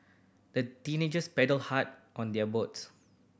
the teenagers paddled hard on their boat